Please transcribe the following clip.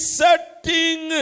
setting